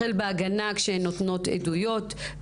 החל בהגנה כשהן נותנות עדויות,